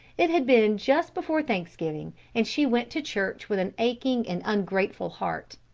it had been just before thanksgiving, and she went to church with an aching and ungrateful heart.